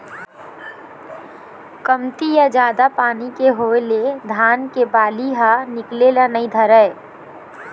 कमती या जादा पानी के होए ले धान के बाली ह निकले ल नइ धरय